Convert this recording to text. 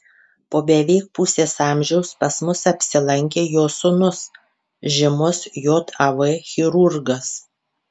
po beveik pusės amžiaus pas mus apsilankė jo sūnus žymus jav chirurgas